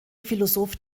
philosoph